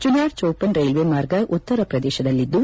Chunar Chopan railway ಮಾರ್ಗ ಉತ್ತರ ಪ್ರದೇಶದಲ್ಲಿದ್ದು